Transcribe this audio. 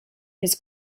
his